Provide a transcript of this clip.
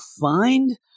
find